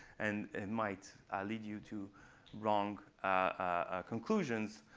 and it might lead you to wrong ah conclusions.